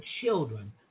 children